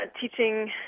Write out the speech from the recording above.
teaching